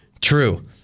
True